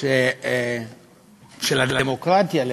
של הדמוקרטיה למעשה.